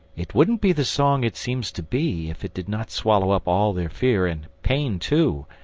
it wouldn't be the song it seems to be if it did not swallow up all their fear and pain too,